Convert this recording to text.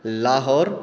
Lahore